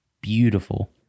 beautiful